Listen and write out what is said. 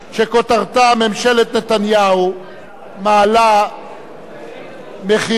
שכותרתה: ממשלת נתניהו מעלה מחירים